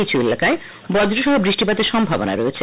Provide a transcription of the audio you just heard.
কিছু এলাকায় বজ্র সহ বৃষ্টিপাতের সম্ভাবনা রয়েছে